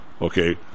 Okay